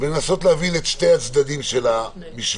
ולנסות להבין את שני הצדדים של המשוואה.